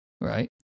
Right